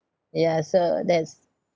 yeah so that's